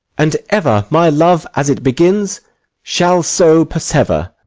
and ever my love as it begins shall so persever.